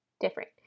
different